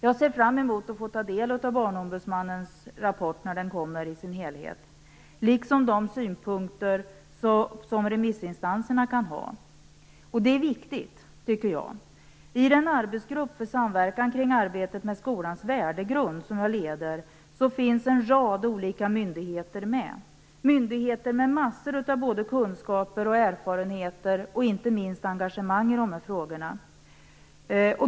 Jag ser fram emot att få ta del av Barnombudsmannens rapport när den föreligger i sin helhet liksom de synpunkter som remissinstanserna kan ha. Detta är viktigt, tycker jag. I den arbetsgrupp för samverkan kring arbetet med skolans värdegrund som jag leder finns en rad olika myndigheter med - myndigheter med en mängd kunskaper, erfarenheter och, inte minst, engagemang i dessa frågor.